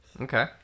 Okay